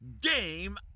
game